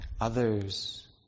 others